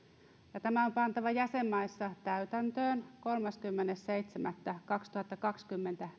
ja tämä on pantava jäsenmaissa täytäntöön kolmaskymmenes seitsemättä kaksituhattakaksikymmentä